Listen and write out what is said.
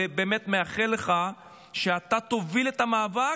ובאמת מאחל לך שתוביל את המאבק,